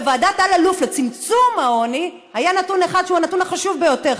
בוועדת אלאלוף לצמצום העוני היה נתון אחד שהוא החשוב ביותר,